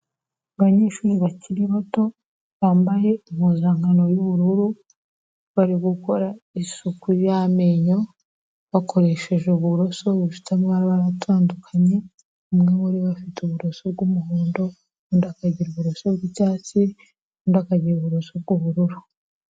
Abanyeshuri bakiri bato bambaye impuzankano y'ubururu bari gukora isuku y'amenyo bakoresheje uburoso bufite amabara atandukanye, umwe muri bo afite uburoso bw'umuhondo, undi akagira ubuso bw'icyatsi undi akagira uburoso bw'ubururu.